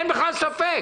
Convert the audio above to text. אין בכלל ספק.